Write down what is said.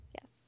Yes